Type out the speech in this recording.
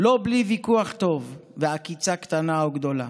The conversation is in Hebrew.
לא בלי ויכוח טוב ועקיצה קטנה או גדולה.